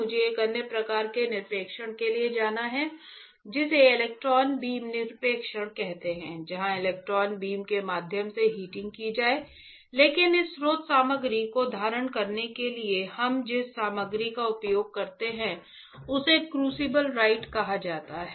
मुझे एक अन्य प्रकार के निक्षेपण के लिए जाना है जिसे इलेक्ट्रॉन बीम निक्षेपण कहते हैं जहां इलेक्ट्रॉन बीम के माध्यम से हीटिंग किया जाएगा लेकिन इस स्रोत सामग्री को धारण करने के लिए हम जिस सामग्री का उपयोग करते हैं उसे क्रूसिबल राइट कहा जाता है